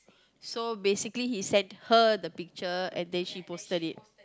so basically he send her the picture and then she posted it